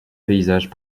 paysages